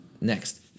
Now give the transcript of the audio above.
Next